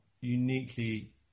uniquely